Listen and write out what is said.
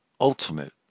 ultimate